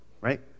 right